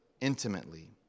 intimately